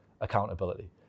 accountability